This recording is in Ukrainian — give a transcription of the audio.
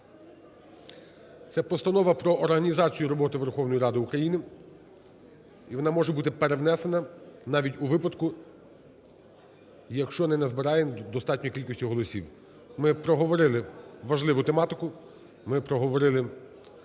Це Постанова про організацію роботи Верховної Ради України, і вона може бути перевнесена навіть у випадку, якщо не назбираємо достатньої кількості голосів. Ми проговорили важливу тематику, ми проговорили